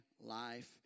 life